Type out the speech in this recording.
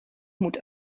moet